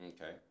Okay